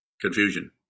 confusion